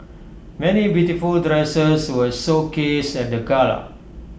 many beautiful dresses were showcased at the gala